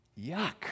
yuck